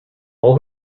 all